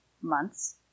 Month's